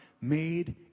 made